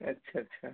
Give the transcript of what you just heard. अच्छा अच्छा